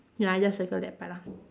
ya just circle that part lah